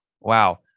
wow